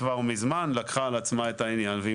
כבר מזמן לקחה על עצמה את העניין והיא